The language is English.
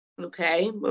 Okay